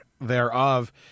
thereof